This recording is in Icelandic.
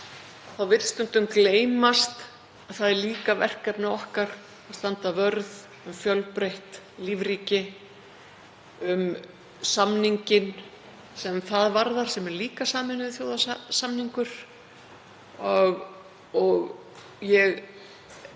þá vill stundum gleymast að það er líka verkefni okkar að standa vörð um fjölbreytt lífríki, um samninginn sem það varðar, sem er líka samningur Sameinuðu